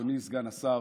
אדוני סגן השר,